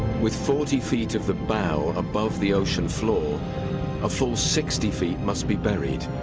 with forty feet of the bow above the ocean floor a full sixty feet must be buried.